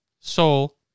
Soul